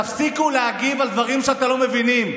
תפסיקו להגיב על דברים שאתם לא מבינים.